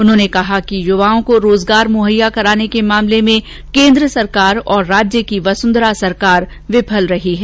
उन्होंने कहा कि युवाओं को रोजगार मुहैया कराने के मामले में केन्द्र सरकार और राज्य की वसुंधरा सरकार विफल रही है